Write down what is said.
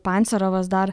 pancerovas dar